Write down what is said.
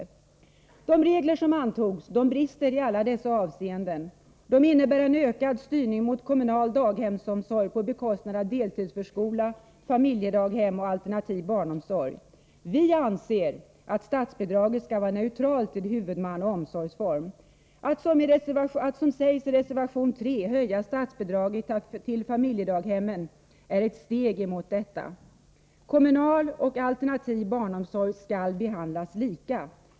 De regler som antogs brister i alla dessa avseenden. De innebär en ökad styrning mot kommunal daghemsomsorg på bekostnad av deltidsförskola, familjedaghem och alternativ barnomsorg. Vi anser att statsbidraget skall vara neutralt till huvudman och omsorgsform. Att, som sägs i reservation 3, höja statsbidraget till familjedaghemmen, är ett steg i den riktningen. Kommunal och alternativ barnomsorg skall behandlas lika.